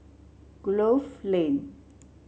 Grove Lane